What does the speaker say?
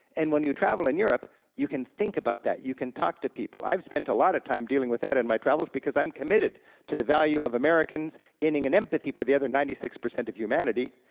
and when you travel in europe you can think about that, you can talk to people. i've spent a lot of time dealing with that in my travels because i'm committed to the value of americans gaining an empathy for the other ninety six percent of humanity,